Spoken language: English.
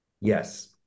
Yes